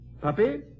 puppy